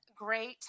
great